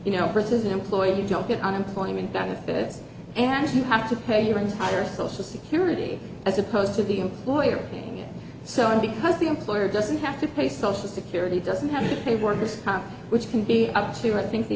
you know person employed you don't get unemployment benefits and you have to pay your entire social security as opposed to the employer being so on because the employer doesn't have to pay social security doesn't have to pay for the which can be up to one think the